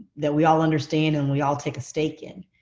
that we all understand and we all take a stake in.